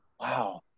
Wow